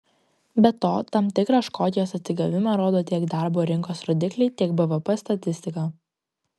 be to tam tikrą škotijos atsigavimą rodo tiek darbo rinkos rodikliai tiek bvp statistika